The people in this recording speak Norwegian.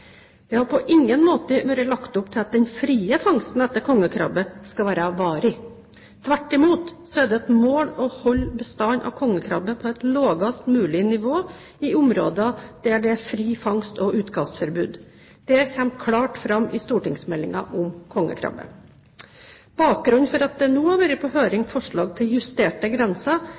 Det har på ingen måte vært lagt opp til at den frie fangsten etter kongekrabbe skal være varig. Tvert imot er det et mål å holde bestanden av kongekrabbe på et lavest mulig nivå i områder der det er fri fangst og utkastforbud. Det kommer klart fram i stortingsmeldingen om kongekrabbe. Bakgrunnen for at det nå har vært på høring forslag til justerte grenser,